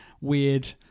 weird